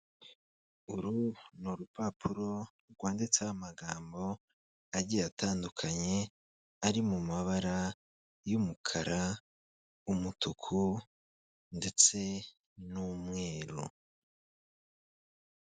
Uru n'urupapuro rwanditseho amagambo agiye atandukanye, ari mu mabara y'umukara, umutuku, ndetse n'umweru.